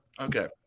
okay